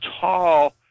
tall